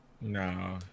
no